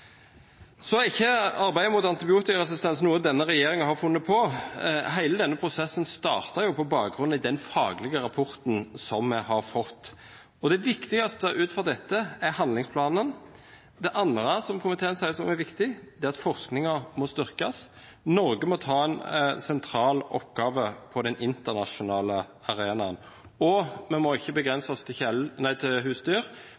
Arbeidet mot antibiotikaresistens er ikke noe denne regjeringen har funnet på. Hele denne prosessen startet på bakgrunn av den faglige rapporten som vi har fått. Det viktigste ut fra dette er handlingsplanen. Det andre som komiteen sier som er viktig, er at forskningen styrkes. Norge må ha en sentral oppgave på den internasjonale arenaen. Og vi må ikke begrense oss til